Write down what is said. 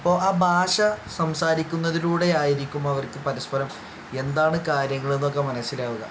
അപ്പോൾ ആ ഭാഷ സംസാരിക്കുന്നതിലൂടെ ആയിരിക്കും അവർക്ക് പരസ്പരം എന്താണ് കാര്യങ്ങൾ എന്നൊക്കെ മനസ്സിലാവുക